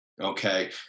okay